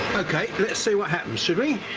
okay let's see what happened shall we?